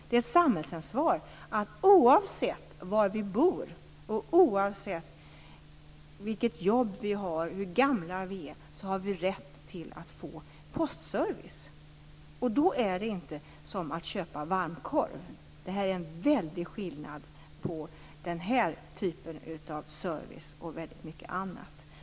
Det är ett samhällsansvar att se till att oavsett var vi bor och oavsett vilket jobb vi har och hur gamla vi är skall vår rätt till postservice tillgodoses. Det är inte som att köpa varmkorv. Det är en stor skillnad mellan den här typen av service och väldigt mycket annat.